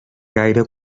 gaire